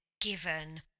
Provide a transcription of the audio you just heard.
given